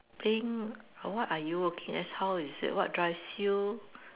think what are you working as how is it what drives you